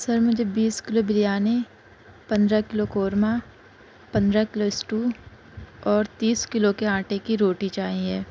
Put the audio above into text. سر مجھے بیس کلو بریانی پندرہ کلو قورمہ پندرہ کلو اسٹو اور تیس کلو کے آٹے کی روٹی چاہیے